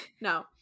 No